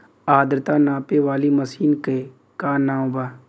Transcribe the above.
आद्रता नापे वाली मशीन क का नाव बा?